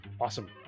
awesome